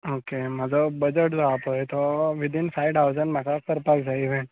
okay म्हजो budget जो आसा पळय तो विदीन फाय थावजण म्हाका करपाक जाय इवँट